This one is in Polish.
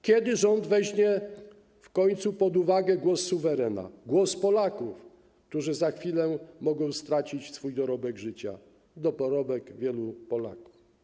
Kiedy rząd weźmie w końcu pod uwagę głos suwerena, głos Polaków, którzy za chwilę mogą stracić swój dorobek życia, dorobek wielu Polaków?